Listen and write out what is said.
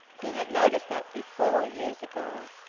he had noticed that before, years ago,